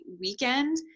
weekend